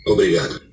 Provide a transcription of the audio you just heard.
Obrigado